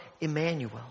Emmanuel